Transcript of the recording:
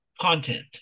content